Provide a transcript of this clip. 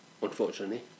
unfortunately